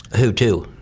who to?